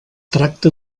tracta